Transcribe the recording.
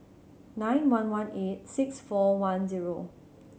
nine one one eight six four one zero